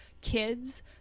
kids